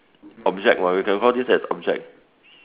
object [what] we can count this as object